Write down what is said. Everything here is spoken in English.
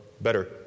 better